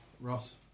Ross